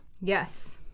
Yes